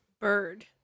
Bird